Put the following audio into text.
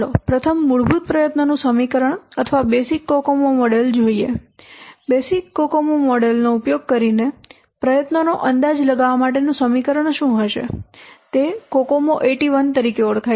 ચાલો પ્રથમ મૂળભૂત પ્રયત્નોનું સમીકરણ અથવા બેઝિક કોકોમો મોડેલ જોઈએ બેઝિક કોકોમો મોડેલ નો ઉપયોગ કરીને પ્રયત્નોનો અંદાજ લગાવવા માટેનું સમીકરણ શું હશે તે કોકોમો 81 તરીકે ઓળખાય છે